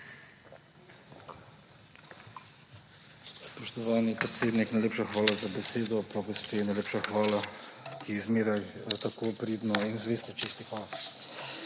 Spoštovani predsednik, najlepša hvala za besedo. Pa gospe najlepša hvala, ki zmeraj tako pridno in vestno čisti.